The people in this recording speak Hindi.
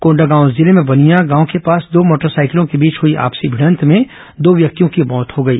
कोंडागांव जिले में बनिया गांव के पास दो मोटरसाइकिलों के बीच हुई आपसी भिडंत में दो व्यक्तियों की मौत हो गई